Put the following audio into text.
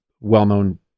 well-known